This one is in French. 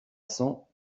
cents